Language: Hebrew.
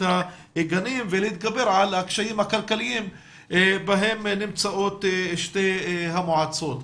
הגנים ולהתגבר על הקשיים הכלכליים בהן נמצאות שתי המועצות.